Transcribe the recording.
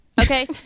Okay